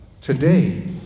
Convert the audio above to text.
today